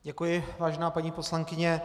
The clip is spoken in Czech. Děkuji, vážená paní poslankyně.